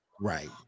Right